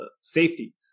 safety